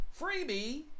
Freebie